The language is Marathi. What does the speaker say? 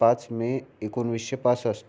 पाच मे एकोणवीसशे पासष्ट